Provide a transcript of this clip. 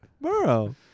Burrow